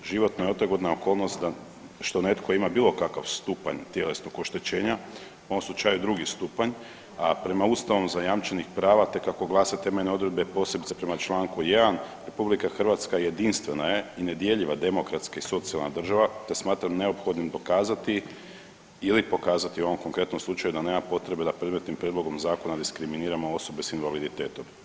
Životna i otegotna okolnost da što netko ima bilo kakav stupanj tjelesnog oštećenja u ovom slučaju drugi stupanj, a prema ustavom zajamčenih prava, te kako glase temeljne odredbe posebice prema čl. 1. RH jedinstvena je i nedjeljiva demokratska i socijalna država, te smatram neophodnim dokazati ili pokazati u ovom konkretnom slučaju da nema potrebe da … [[Govornik se ne razumije]] prijedlogom zakona diskriminiramo osobe s invaliditetom.